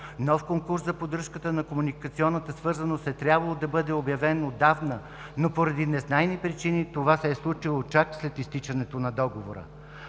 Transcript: Нов конкурс за поддръжка на комуникационната свързаност е трябвало да бъде обявен отдавна, но поради незнайни причини това се е случило чак след изтичането на договора.